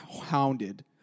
hounded